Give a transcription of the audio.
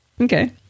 Okay